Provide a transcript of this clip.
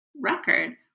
record